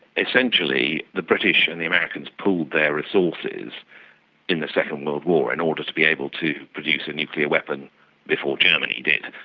essentially the british and the americans pooled their resources in the second world war in order to be able to produce a nuclear weapon before germany did.